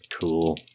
Cool